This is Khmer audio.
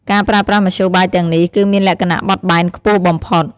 ការប្រើប្រាស់មធ្យោបាយទាំងនេះ គឺមានលក្ខណៈបត់បែនខ្ពស់បំផុត។